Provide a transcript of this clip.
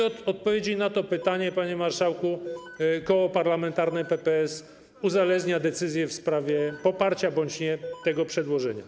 Od odpowiedzi na to pytanie, panie marszałku, Koło Parlamentarne PPS uzależnia decyzję w sprawie poparcia bądź nie tego przedłożenia.